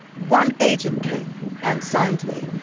one agent came and signed me.